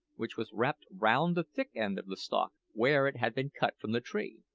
which was wrapped round the thick end of the stalk where it had been cut from the tree.